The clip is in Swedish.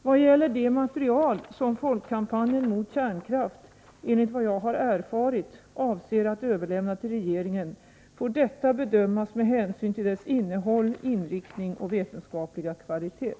Vad gäller det material som Folkkampanjen mot kärnkraft, enligt vad jag har erfarit, avser att överlämna till regeringen får detta bedömas med hänsyn till dess innehåll, inriktning och vetenskapliga kvalitet.